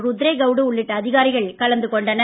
ருத்ரேகவுடு உள்ளிட்ட அதிகாரிகள் கலந்து கொண்டனர்